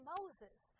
Moses